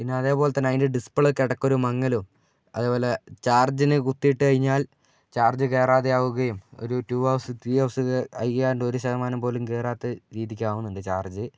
പിന്നെ അതേപോലെതന്നെ അതിൻ്റെ ഡിസ്പ്ലേയ്ക്കടക്കം ഒരു മങ്ങലോ അതേപോലെ ചാർജിനു കുത്തിയിട്ടു കഴിഞ്ഞാൽ ചാർജ് കേറാതാവുകയും ഒരു ടു ഹവേഴ്സ് ത്രീ ഹവേഴ്സ് കഴിയാണ്ട് ഒരു ശതമാനം പോലും കേറാത്ത രീതിക്കാവുന്നുണ്ട് ചാർജ്